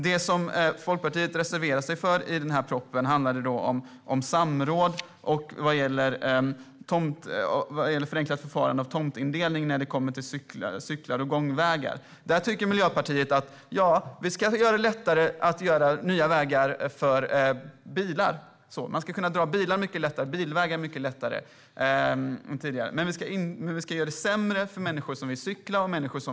Det som Folkpartiet reserverar sig mot i propositionen handlar om samråd vad gäller förenklat förfarande av tomtindelning när det kommer till cykelvägar och gångvägar. Där tycker Miljöpartiet att vi ska göra det mycket lättare än tidigare att dra nya bilvägar. Men vi ska tydligen göra det sämre för människor som vill cykla och gå.